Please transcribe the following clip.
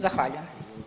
Zahvaljujem.